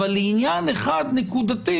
אבל לעניין אחד נקודתי,